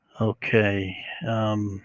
Okay